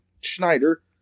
Schneider